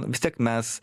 vis tiek mes